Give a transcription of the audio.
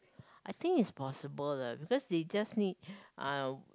I think it's possible lah because they just need uh